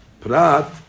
Prat